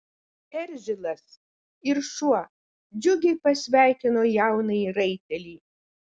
eržilas ir šuo džiugiai pasveikino jaunąjį raitelį